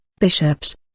bishops